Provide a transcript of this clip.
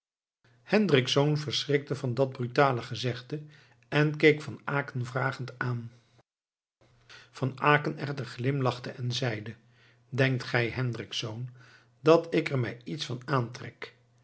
hendricksz verschrikte van dat brutale gezegde en keek van aecken vragend aan van aecken echter glimlachte en zeide denkt gij hendricksz dat ik er mij iets van aantrek